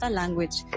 language